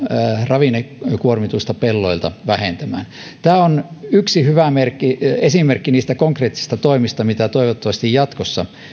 ravinnekuormitusta pelloilta vähentämään tämä on yksi hyvä esimerkki esimerkki niistä konkreettisista toimista mitä toivottavasti jatkossa